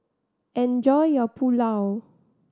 enjoy your Pulao